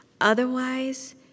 Otherwise